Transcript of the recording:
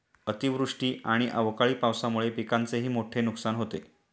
अतिवृष्टी आणि अवकाळी पावसामुळे पिकांचेही मोठे नुकसान होते